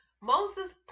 Moses